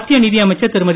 மத்திய நிதியமைச்சர் திருமதி